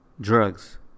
drugs